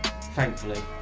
thankfully